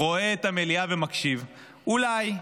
רואה את המליאה ומקשיב, אולי.